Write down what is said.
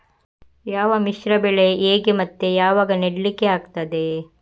ಯಾವ ಮಿಶ್ರ ಬೆಳೆ ಹೇಗೆ ಮತ್ತೆ ಯಾವಾಗ ನೆಡ್ಲಿಕ್ಕೆ ಆಗ್ತದೆ?